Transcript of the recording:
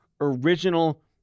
original